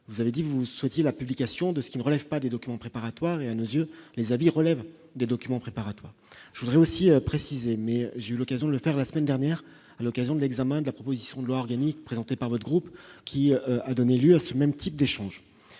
vous avez dit vous souhaitiez la publication de ce qui ne relève pas des documents préparatoires à nos yeux les avis relève des documents préparatoires, je voudrais aussi préciser, mais j'ai eu l'occasion de le faire la semaine dernière à l'occasion de l'examen de la proposition de loi organique présentée par le groupe, qui a donné lieu à ce même type d'échange.